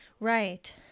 Right